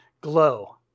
glow